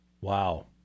Wow